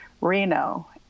Reno